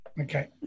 Okay